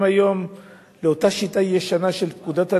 היום לאותה שיטה ישנה של פקודת הנזיקין,